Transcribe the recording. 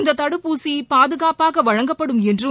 இந்த தடுப்பூசி பாதுகாப்பாக வழங்கப்படும் என்றம்